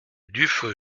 dufeu